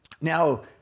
Now